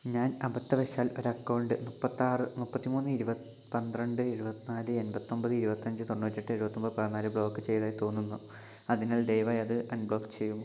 ഞാൻ അബദ്ധവശാൽ ഒരു അക്കൗണ്ട് മുപ്പത്തിയാറ് മുപ്പത്തിമൂന്ന് ഇരുപത്തി പന്ത്രണ്ട് എഴുപത്തിനാല് എൺപത്തൊമ്പത് ഇരുപത്തിയഞ്ച് തൊണ്ണൂറ്റിയെട്ട് എഴുപത്തിയൊമ്പത് പതിനാല് ബ്ലോക്ക് ചെയ്തതായി തോന്നുന്നു അതിനാൽ ദയവായി അത് അൺബ്ലോക്ക് ചെയ്യുക